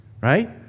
right